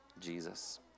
Jesus